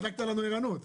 בדקת לנו ערנות.